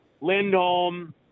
Lindholm